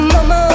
Mama